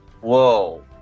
Whoa